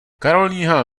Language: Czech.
karolína